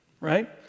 right